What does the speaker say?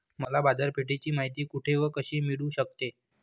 मला बाजारपेठेची माहिती कुठे व कशी मिळू शकते?